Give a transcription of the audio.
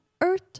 earth